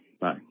Bye